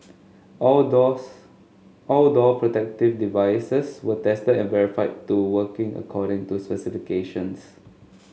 all doors all door protective devices were tested and verified to working according to specifications